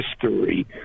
history